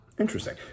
interesting